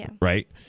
right